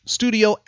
studio